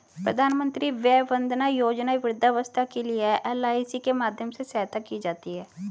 प्रधानमंत्री वय वंदना योजना वृद्धावस्था के लिए है, एल.आई.सी के माध्यम से सहायता की जाती है